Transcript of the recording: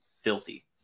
filthy